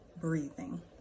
breathing